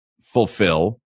fulfill